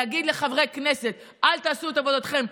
להגיד לחברי הכנסת: אל תעשו את עבודתכם,